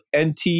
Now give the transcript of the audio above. NT